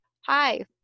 hi